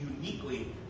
uniquely